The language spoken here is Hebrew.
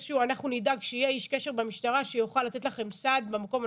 אנחנו נדאג שיהיה איש קשר במשטרה שיוכל לתת לכם סעד במקום הנכון.